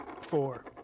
four